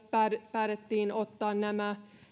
päätettiin ottaa nämä